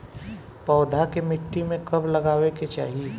पौधा के मिट्टी में कब लगावे के चाहि?